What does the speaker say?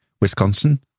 Wisconsin